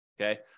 Okay